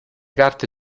carte